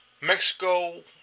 Mexico